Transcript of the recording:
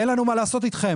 אין לנו מה לעשות אתכם,